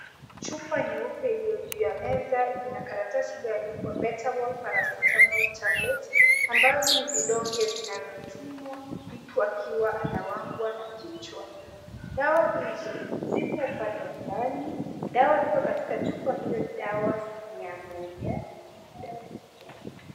Chupa nyeupe iliyo juu ya meza ina karatasi iliyoandikwa betamol paracetamol tablet ambavyo ni vidonge vinavyotuma mtu akiwa anawangwa na kichwa. Dawa hizo zipo upande wa ndani, dawa zilizo katika chupa hiyo ni dawa mia moja.